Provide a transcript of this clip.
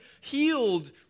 healed